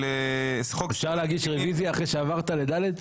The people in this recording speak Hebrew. אפשר להגיש רוויזיה אחרי שעברת ל-(ד)?